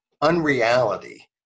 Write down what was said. unreality